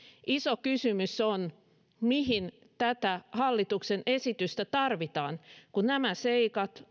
iso kysymys on mihin tätä hallituksen esitystä tarvitaan kun nämä seikat